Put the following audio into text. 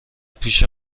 پیش